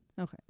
Okay